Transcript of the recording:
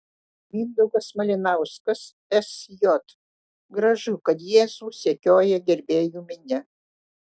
mindaugas malinauskas sj gražu kad jėzų sekioja gerbėjų minia